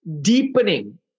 deepening